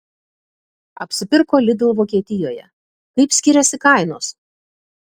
apsipirko lidl vokietijoje kaip skiriasi kainos